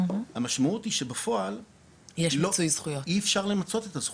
המשמעות היא שבפועל אי אפשר למצות את הזכויות,